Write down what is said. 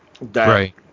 Right